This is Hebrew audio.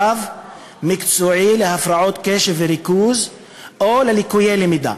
רב-מקצועי להפרעות ריכוז וקשב או ליקויי למידה.